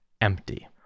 empty